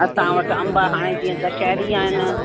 असां वटि अंबु हाणे जीअं दशैरी आहिनि